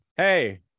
Hey